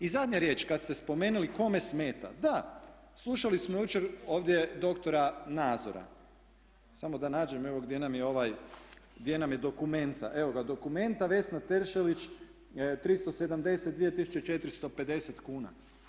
I zadnja riječ, kada ste spomenuli kome smeta, da slušali smo jučer ovdje dr. Nazora, samo da nađem, evo gdje nam je Documenta, evo Documenta Vesna Teršelić 372 tisuće 450 kuna.